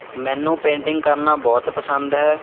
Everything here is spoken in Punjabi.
ਮੈਨੂੰ ਪੇਂਟਿੰਗ ਕਰਨਾ ਬਹੁਤ ਪਸੰਦ ਹੈ